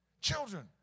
Children